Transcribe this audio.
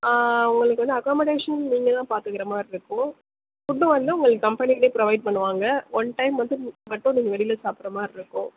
உங்களுக்கு வந்து அக்கம்மோடேஷன் நீங்கள்தான் பார்த்துக்குற மாதிரி இருக்கும் ஃபுட்டு வந்து உங்களுக்கு கம்பெனியிலே ப்ரொவைட் பண்ணுவாங்க ஒன் டைம் வந்து மட்டும் நீங்கள் வெளியில் சாப்பிடுற மாதிரி இருக்கும்